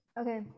Okay